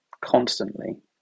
constantly